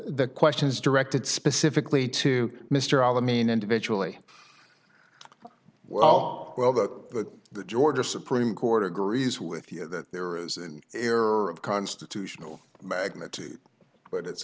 the questions directed specifically to mr all the mean individually well well that the georgia supreme court agrees with you that there is an error of constitutional magnitude but it's